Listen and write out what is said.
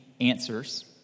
answers